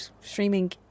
streaming